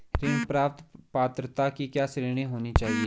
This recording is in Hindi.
ऋण प्राप्त पात्रता की क्या श्रेणी होनी चाहिए?